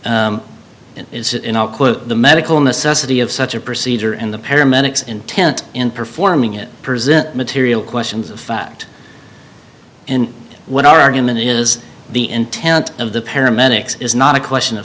the medical necessity of such a procedure and the paramedics intent in performing it present material questions of fact in what our argument is the intent of the paramedics is not a question